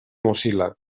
mozilla